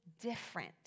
different